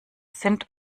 sind